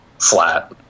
flat